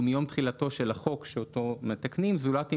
הוא מיום תחילתו של החוק אותו מתקנים זולת אם